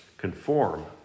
conform